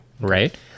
right